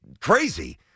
crazy